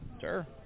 Sure